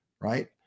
right